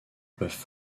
peuvent